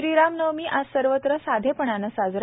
श्रीराम नवमी आज सर्वत्र साधेपणानं साजरा